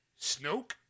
Snoke